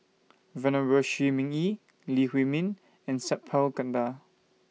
Venerable Shi Ming Yi Lee Huei Min and Sat Pal Khattar